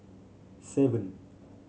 seven